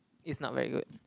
is not very good